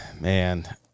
Man